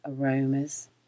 aromas